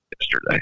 yesterday